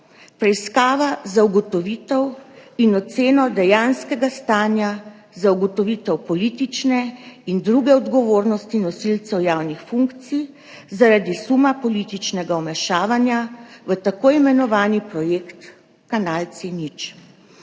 preiskava za ugotovitev in oceno dejanskega stanja, za ugotovitev politične in druge odgovornosti nosilcev javnih funkcij zaradi suma političnega vmešavanja v tako imenovani projekt kanal C0.